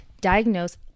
diagnose